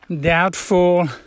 doubtful